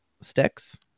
sticks